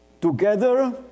together